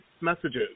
messages